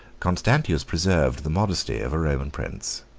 constantius preserved the modesty of a roman prince.